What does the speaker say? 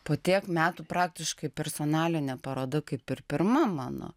po tiek metų praktiškai personalinė paroda kaip ir pirma mano